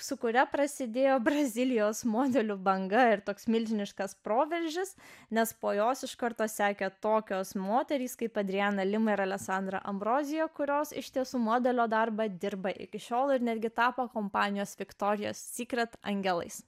su kuria prasidėjo brazilijos modelių banga ir toks milžiniškas proveržis nes po jos iš karto sekė tokios moterys kaip adriana lima ir aleksandra ambrozija kurios iš tiesų modelio darbą dirba iki šiol ir netgi tapo kompanijos viktorijos įsikuriate angelais